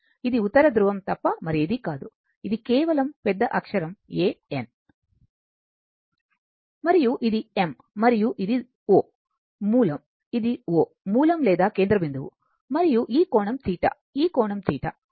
ఇది ఉత్తర ధృవం తప్ప మరేదీ కాదుఇది కేవలం పెద్ద అక్షరం A N మరియు ఇది M మరియు ఇది O మూలం ఇది O మూలం లేదా కేంద్ర బిందువు మరియు ఈ కోణం θ ఈ కోణం θ